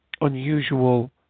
unusual